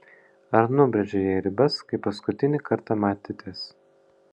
ar nubrėžei jai ribas kai paskutinį kartą matėtės